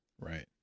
Right